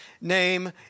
name